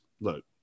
look